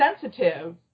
sensitive